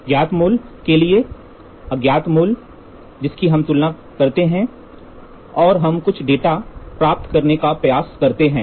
ज्ञात मूल्य के लिए अज्ञात मूल्य जिसकी हम तुलना करते हैं और हम कुछ डेटा प्राप्त करने का प्रयास करते हैं